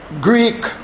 Greek